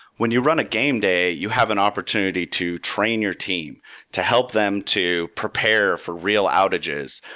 when you run a gameday, you have an opportunity to train your team to help them to prepare for real outages.